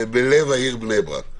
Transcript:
בלב העיר בני ברק.